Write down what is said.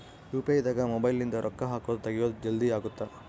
UPI ದಾಗ mobile ನಿಂದ ರೊಕ್ಕ ಹಕೊದ್ ತೆಗಿಯೊದ್ ಜಲ್ದೀ ಅಗುತ್ತ